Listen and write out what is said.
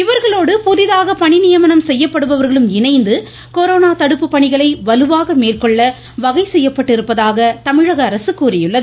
இவர்களோடு புதிதாக பணி நியமனம் செய்யப்படுபவர்களும் இணைந்து கொரோனா தடுப்பு பணிகளை வலுவாக மேற்கொள்ள வகை செய்யப்பட்டிருப்பதாக அரசு தெரிவித்துள்ளது